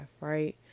right